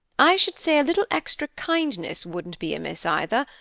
i should say a little extra kindness wouldn't be amiss, either,